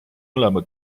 mõlema